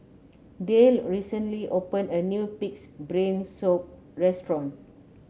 Dayle recently opened a new pig's brain soup restaurant